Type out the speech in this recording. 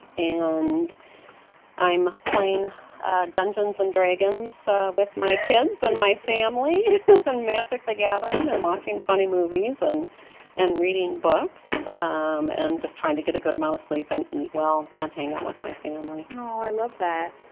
and i'm playing dungeons and dragons so with my kids and my family and magic the gathering and watching funny movies and and reading books um and just trying to get a good amount of sleep and eat well and hang out with my family oh, i love that.